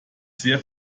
sehr